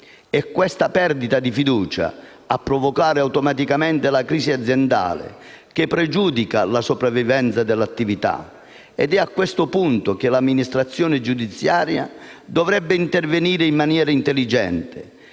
È questa perdita di fiducia a provocare automaticamente la crisi aziendale, che pregiudica la sopravvivenza dell'attività. Ed è a questo punto che l'amministrazione giudiziaria dovrebbe intervenire in maniera intelligente.